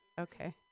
okay